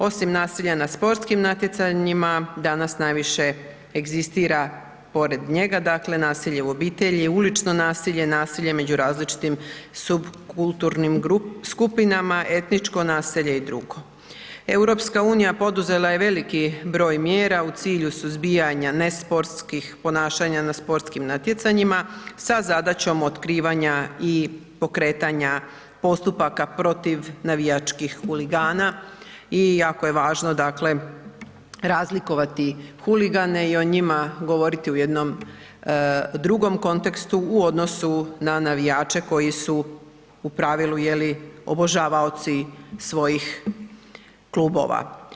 Osim nasilja na sportskim natjecanjima, danas najviše egzistira pored njega dakle nasilje u obitelji, ulično nasilje, nasilje među različitim subkulturnim skupinama, etničko nasilje i dr. EU poduzela je veliki broj mjera u cilju suzbijanja nesportskih ponašanja na sportskim natjecanja sa zadaćom otkrivanja i pokretanja postupaka protiv navijačkih huligana i jako je važno dakle razlikovati huligane i o njima govoriti u jednom drugom kontekstu u odnosu na navijače koji su u pravilu je li, obožavaoci svojih klubova.